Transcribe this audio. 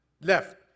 left